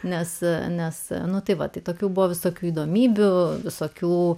nes nes nu tai va tai tokių buvo visokių įdomybių visokių